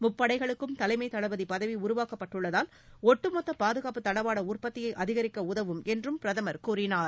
முப்படைகளுக்கும் தலைமைத் தளபதி பதவி உருவாக்கப்பட்டுள்ளதால் ஒட்டுமொத்த பாதுகாப்புத் தளவாட உற்பத்தியை அதிகரிக்க உதவும் என்றும் பிரதமர் கூறினார்